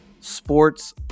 sports